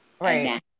right